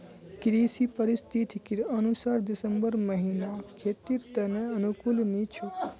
कृषि पारिस्थितिकीर अनुसार दिसंबर महीना खेतीर त न अनुकूल नी छोक